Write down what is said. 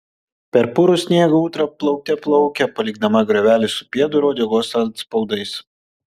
per purų sniegą ūdra plaukte plaukia palikdama griovelį su pėdų ir uodegos atspaudais